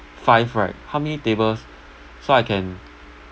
five right how many tables so I can